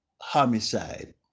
homicide